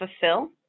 fulfill